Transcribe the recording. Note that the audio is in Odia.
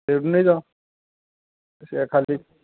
ସେଇଠୁ ନାହିଁ ଯାଉ ସେ ଖାଲି